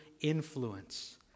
influence